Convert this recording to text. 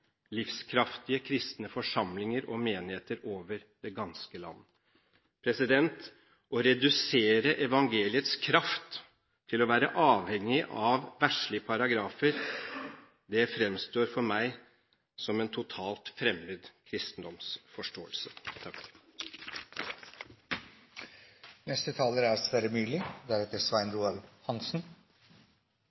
livskraftige kristne forsamlinger og menigheter over det ganske land. Å redusere evangeliets kraft til å være avhengig av verdslige paragrafer, fremstår for meg som en totalt fremmed kristendomsforståelse.